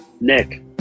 Nick